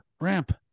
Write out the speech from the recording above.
ramp